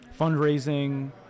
fundraising